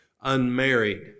unmarried